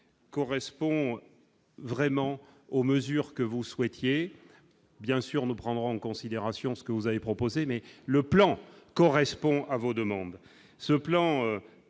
correspond vraiment aux mesures que vous souhaitiez bien sûr nous prendre en considération ce que vous avez proposé, mais le plan correspond à vos demandes, ce plan prévoit